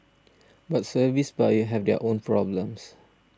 but service buyers have their own problems